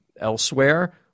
elsewhere